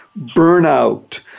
burnout